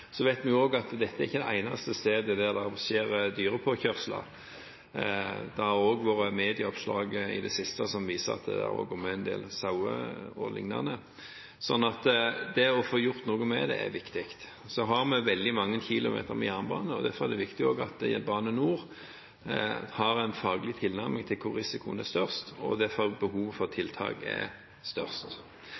vet også at dette ikke er det eneste stedet der det skjer dyrepåkjørsler, det har også vært medieoppslag i det siste som viser at det bl.a. går med en del sauer, så det å få gjort noe med det er viktig. Vi har veldig mange kilometer med jernbane, og derfor er det også viktig at Bane Nor har en faglig tilnærming til hvor risikoen er størst, og behovet for tiltak derfor er størst.